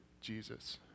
Jesus